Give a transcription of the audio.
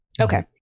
okay